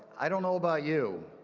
i don't know about you,